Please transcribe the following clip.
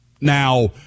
Now